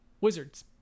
wizards